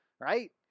right